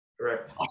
Correct